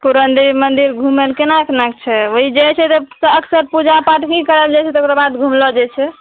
पूरनदेवी मन्दिर घुमयमे केनाक केनाक छै ओहि जाइ छै तऽ अक्सर पूजा पाठ भी करलऽ जाइ छै तकर बाद घुमलऔ जाइत छै